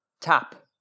tap